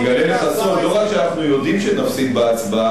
אני אגלה לך סוד: לא רק שאנחנו יודעים שנפסיד בהצבעה,